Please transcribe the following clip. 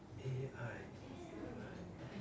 A_I A_I